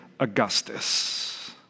Augustus